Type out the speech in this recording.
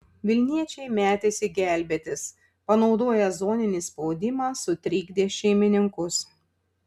vilniečiai metėsi gelbėtis panaudoję zoninį spaudimą sutrikdė šeimininkus